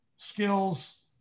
Skills